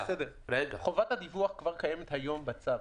חובת הדיווח קיימת היום בצו.